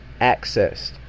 accessed